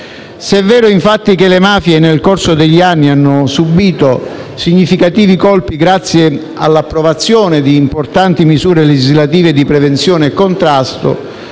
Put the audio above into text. Se è vero, infatti, che nel corso degli anni le mafie hanno subìto significativi colpi grazie all'approvazione di importanti misure legislative di prevenzione e contrasto,